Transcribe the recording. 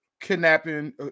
kidnapping